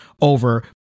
over